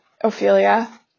Ophelia